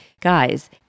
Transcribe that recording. Guys